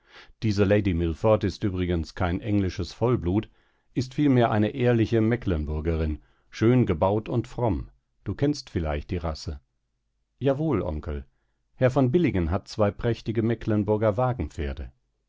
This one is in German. diese lady milford ist übrigens kein englisches vollblut ist vielmehr eine ehrliche mecklenburgerin schön gebaut und fromm du kennst vielleicht die rasse jawohl onkel herr von billingen hat zwei prächtige mecklenburger